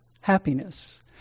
happiness